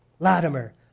Latimer